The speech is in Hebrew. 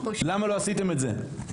למה לא עשיתם את זה?